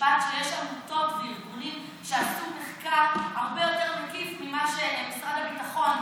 שיש עמותות וארגונים שעשו מחקר הרבה יותר מקיף ממה שמשרד הביטחון,